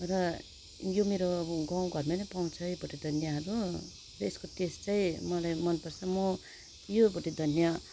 र यो मेरो गाउँघरमा नै पाउँछ यो भोटे धनियाहरू र यसको टेस्ट चाहिँ मलाई मनपर्छ म यो भोटे धनिया